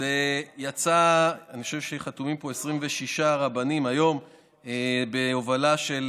חתומים פה 26 רבנים בהובלה של